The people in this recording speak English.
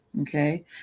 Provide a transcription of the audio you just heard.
Okay